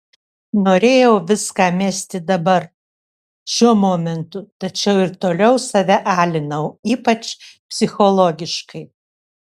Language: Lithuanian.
norėjau viską mesti dabar šiuo momentu tačiau ir toliau save alinau ypač psichologiškai